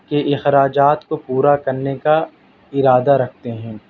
کے اخراجات کو پورا کرنے کا ارادہ رکھتے ہیں